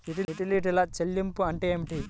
యుటిలిటీల చెల్లింపు అంటే ఏమిటి?